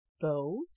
boat